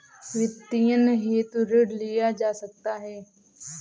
वित्तीयन हेतु ऋण लिया जा सकता है